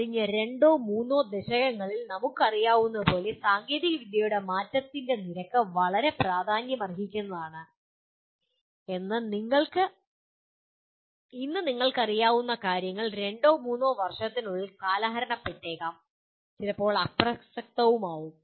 കഴിഞ്ഞ രണ്ടോ മൂന്നോ ദശകങ്ങളിൽ നമുക്കറിയാവുന്നതുപോലെ സാങ്കേതികവിദ്യയുടെ മാറ്റത്തിന്റെ നിരക്ക് വളരെ പ്രാധാന്യമർഹിക്കുന്നതാണ് ഇന്ന് നിങ്ങൾക്കറിയാവുന്ന കാര്യങ്ങൾ രണ്ടോ മൂന്നോ വർഷത്തിനുള്ളിൽ കാലഹരണപ്പെട്ടേക്കാം ചിലപ്പോൾ അപ്രസക്തവുമാകും